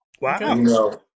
Wow